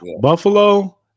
Buffalo